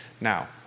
Now